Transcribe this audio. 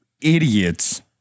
idiots